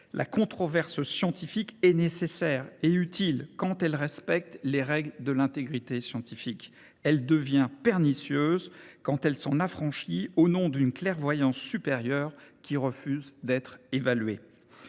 La controverse scientifique est nécessaire et utile quand elle respecte les règles de l’intégrité scientifique. Elle devient pernicieuse quand elle s’en affranchit au nom d’une clairvoyance supérieure qui refuse d’être évaluée.